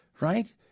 right